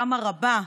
כמה רבה,